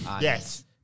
Yes